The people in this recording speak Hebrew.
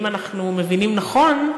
אם אנחנו מבינים נכון,